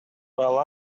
while